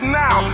now